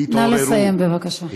התעוררו, נא לסיים בבקשה.